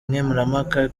nkemurampaka